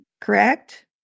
correct